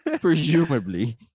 presumably